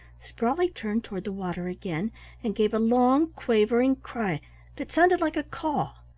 sprawley turned toward the water again and gave a long, quavering cry that sounded like a call.